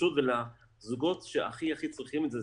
זה זוגות שהכי הכי צריכים את זה,